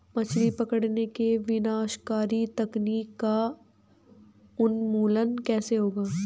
मछली पकड़ने की विनाशकारी तकनीक का उन्मूलन कैसे होगा?